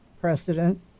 precedent